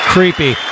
Creepy